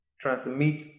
transmit